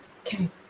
Okay